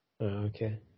Okay